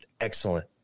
excellent